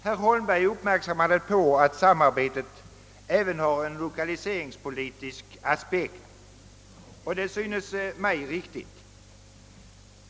Herr Holmberg påpekade att samarbetet även har en lokaliseringspolitisk aspekt, och det synes mig riktigt.